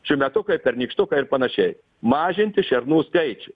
šiųmetukai pernykštukai ir panašiai mažinti šernų skaičių